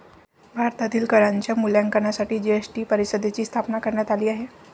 भारतातील करांच्या मूल्यांकनासाठी जी.एस.टी परिषदेची स्थापना करण्यात आली आहे